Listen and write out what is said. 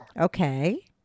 Okay